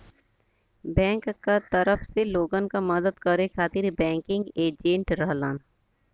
bank क तरफ से लोगन क मदद करे खातिर बैंकिंग एजेंट रहलन